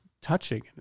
touching